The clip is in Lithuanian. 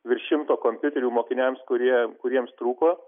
virš šimto kompiuterių mokiniams kurie kuriems trūko